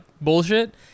bullshit